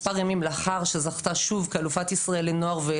מספר ימים אחרי שזכתה שוב באליפות ישראל לנוער,